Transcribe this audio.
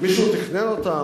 מישהו תכנן אותם?